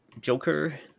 Joker